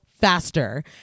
faster